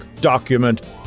document